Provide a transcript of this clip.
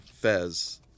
fez